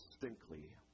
distinctly